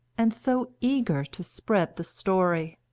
and so eager to spread the story.